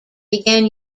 began